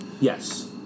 Yes